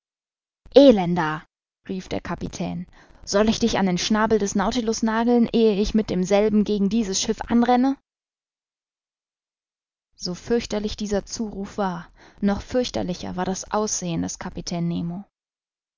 elender rief der kapitän soll ich dich an den schnabel des nautilus nageln ehe ich mit demselben gegen dieses schiff anrenne so fürchterlich dieser zuruf war noch fürchterlicher war das aussehen des